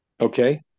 okay